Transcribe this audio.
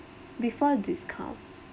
before discount